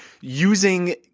using